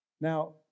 Now